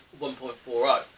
1.40